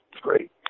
great